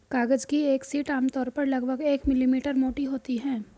कागज की एक शीट आमतौर पर लगभग एक मिलीमीटर मोटी होती है